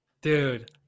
Dude